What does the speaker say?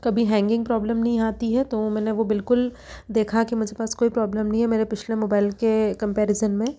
कभी hanging problem नहीं आती है तो मैंने वो बिल्कुल देखा कि मुझे पास कोई प्रॉब्लम नहीं है मेरे पिछले मोबाइल के कंपैरिजन में